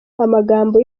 amagambo